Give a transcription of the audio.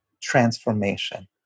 transformation